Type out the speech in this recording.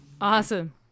Awesome